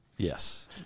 Yes